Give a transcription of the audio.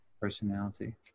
personality